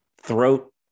throat